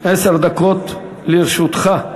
עשר דקות לרשותך.